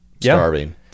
starving